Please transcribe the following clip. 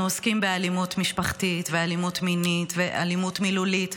אנחנו עוסקים באלימות משפחתית ואלימות מינית ואלימות מילולית,